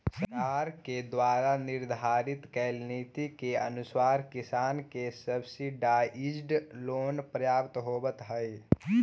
सरकार के द्वारा निर्धारित कैल नीति के अनुसार किसान के सब्सिडाइज्ड लोन प्राप्त होवऽ हइ